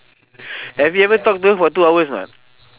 have you ever talk to her for two hours or not